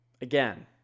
again